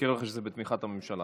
מזכיר לך שזה בתמיכת הממשלה.